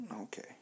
Okay